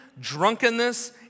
drunkenness